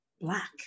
black